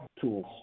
tools